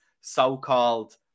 so-called